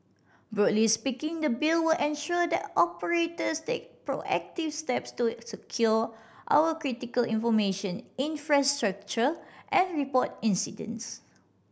broadly speaking the Bill will ensure that operators take proactive steps to secure our critical information infrastructure and report incidents